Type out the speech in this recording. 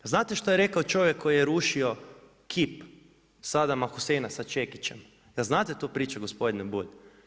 Znate što je rekao čovjek koji je rušio kip Saddama Husseina sa čekićem, jel znate tu priču gospodine Bulj?